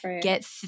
get